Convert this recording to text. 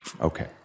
Okay